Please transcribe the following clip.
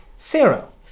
zero